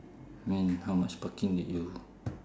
I mean how much parking did you